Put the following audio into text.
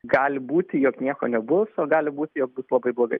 gali būti jog nieko nebus o gali būti jog bus labai blogai